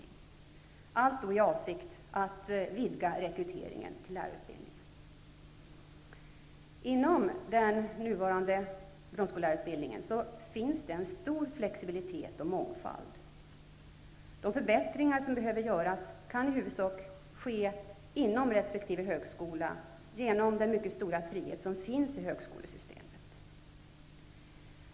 Allt detta görs då i avsikt att vidga rekryteringen till lärarutbildningen. Inom den nuvarande grundskollärarutbildningen finns en stor flexibilitet och mångfald. De förbättringar som behöver göras kan i huvudsak göras inom resp. högskola genom den mycket stora frihet som finns i högskolesystemet.